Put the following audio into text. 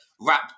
rap